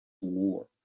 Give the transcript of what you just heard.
war